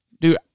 dude